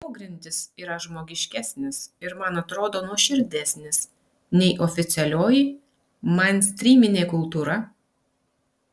pogrindis yra žmogiškesnis ir man atrodo nuoširdesnis nei oficialioji mainstryminė kultūra